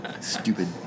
Stupid